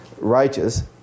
righteous